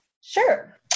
Sure